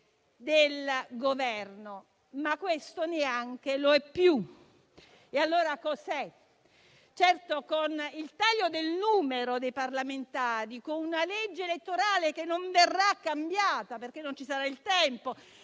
del Governo, ma neanche questo è più. Allora cos'è? Certo, con il taglio del numero dei parlamentari, con una legge elettorale che non verrà cambiata, perché non ci sarà il tempo,